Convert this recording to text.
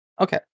Okay